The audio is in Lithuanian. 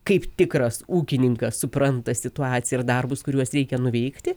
kaip tikras ūkininkas supranta situaciją ir darbus kuriuos reikia nuveikti